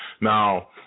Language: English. Now